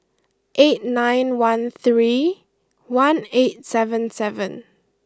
eight nine one three one eight seven seven